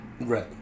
Right